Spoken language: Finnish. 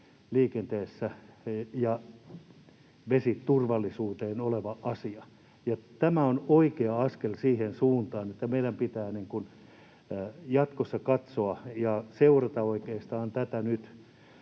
siviililiikenteessä ja vesiturvallisuuteen liittyvissä asioissa. Tämä on oikea askel siihen suuntaan, että meidän pitää jatkossa katsoa ja seurata oikeastaan tätä nyt